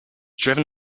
driven